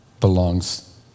belongs